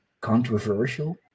controversial